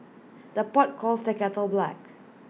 the pot calls the kettle black